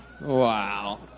Wow